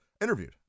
interviewed